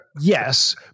yes